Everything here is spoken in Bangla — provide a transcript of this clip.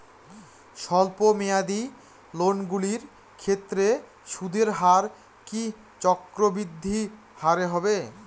স্বল্প মেয়াদী লোনগুলির ক্ষেত্রে সুদের হার কি চক্রবৃদ্ধি হারে হবে?